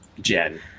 Jen